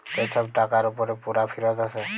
যে ছব টাকার উপরে পুরা ফিরত আসে